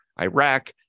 Iraq